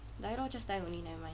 die lor just die only nevermind